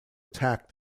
attack